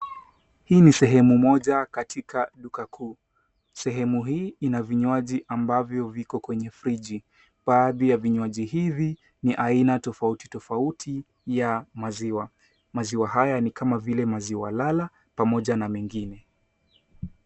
Hii ni sehemu moja katika duka kuu. Sehemu hii ina vinywaji ambavyo viko kwenye friji. Baadhi ya vinywaji hivi ni aina tofauti tofauti ya maziwa. Maziwa haya ni kama vile maziwa lala pamoja na mengine.